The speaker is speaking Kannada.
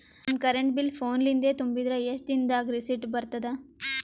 ನಮ್ ಕರೆಂಟ್ ಬಿಲ್ ಫೋನ ಲಿಂದೇ ತುಂಬಿದ್ರ, ಎಷ್ಟ ದಿ ನಮ್ ದಾಗ ರಿಸಿಟ ಬರತದ?